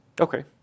Okay